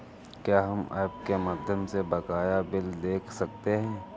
क्या हम ऐप के माध्यम से बकाया बिल देख सकते हैं?